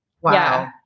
Wow